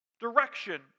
Direction